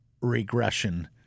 Regression